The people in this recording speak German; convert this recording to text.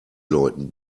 leuten